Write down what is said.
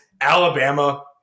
Alabama